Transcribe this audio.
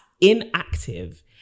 inactive